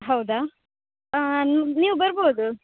ಹೌದಾ ನೀವು ಬರ್ಬೋದು